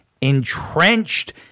entrenched